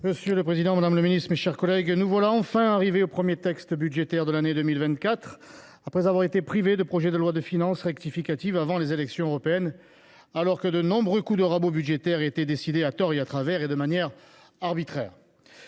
Monsieur le président, madame la ministre, mes chers collègues, nous voilà enfin arrivés au premier texte budgétaire de l’année 2024, après avoir été privés de projet de loi de finances rectificative avant les élections européennes, alors que de nombreux coups de rabot budgétaires étaient décidés à tort et à travers et de manière arbitraire.